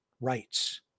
rights